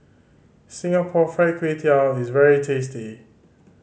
Singapore Fried Kway Tiao is very tasty